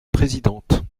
présidente